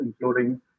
including